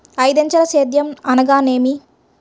ఐదంచెల సేద్యం అనగా నేమి?